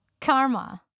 karma